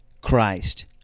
Christ